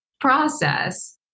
process